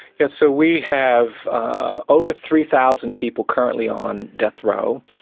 yes, so we have over three thousand people currently on death row.